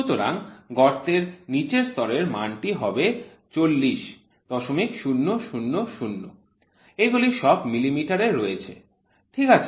সুতরাং গর্তের নীচের স্তরের মান টি হবে ৪০০০০ এগুলি সব মিলিমিটারে রয়েছে ঠিক আছে